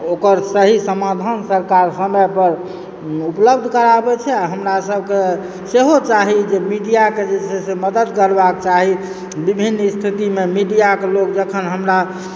ओकर सही समाधान सरकार समय पर उपलब्ध कराबैत छै आ हमरा सभकऽ सेहो चाही जे मीडियाकऽ जे छै से मदद करबाक चाही विभिन्न स्थितिमे मीडियाक लोक जखन हमरा